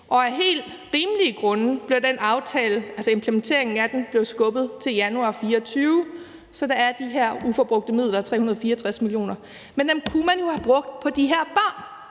Af helt rimelige grunde blev implementeringen af den aftale skubbet til januar 2024, og så er der de her ubrugte midler på 364 mio. kr. Men dem kunne man jo have brugt på de her børn.